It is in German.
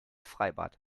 freibad